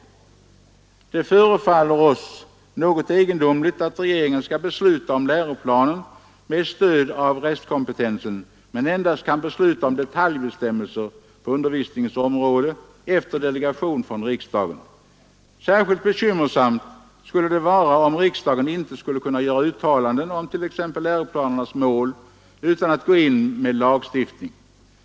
Det förefaller oss något egendomligt att regeringen skall besluta om läroplanen med stöd av restkompetensen men endast kan besluta om detaljbestämmelser på undervisningens område efter delegation från riksdagen. Särskilt bekymmersamt skulle det vara om riksdagen inte x. läroplanernas mål utan att gå in med lagstiftning.